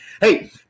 Hey